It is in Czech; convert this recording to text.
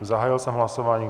Zahájil jsem hlasování.